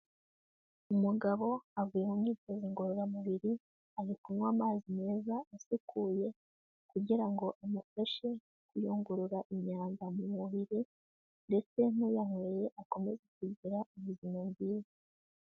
Umugabo avuye mu myitozo ngororamubiri, ari kunywa amazi meza, asukuye kugira ngo amufashe kuyungurura imyanda mu mubiri ndetse n'uyanyweye akomeze kugira ubuzima bwiza.